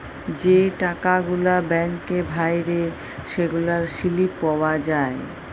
যে টাকা গুলা ব্যাংকে ভ্যইরে সেগলার সিলিপ পাউয়া যায়